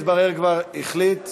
מתברר כבר החליט,